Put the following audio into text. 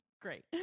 Great